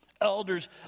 Elders